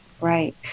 Right